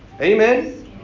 Amen